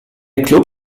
club